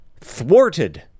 thwarted